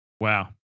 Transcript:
Wow